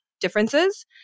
differences